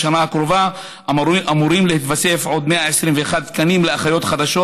בשנה הקרובה אמורים להתווסף עוד 121 תקנים לאחיות חדשות,